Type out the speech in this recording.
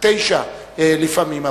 20:00 או 21:00 לפעמים.